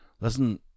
Listen